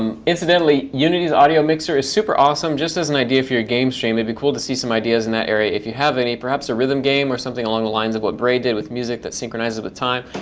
um incidentally, unity's audio mixer is super awesome. just as an idea for games stream, it'd be cool to see some ideas in that area. if you have any, perhaps a rhythm game or something along the lines of what braid did with music that synchronizes with the time.